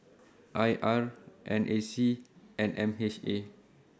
I R N A C and M H A